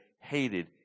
hated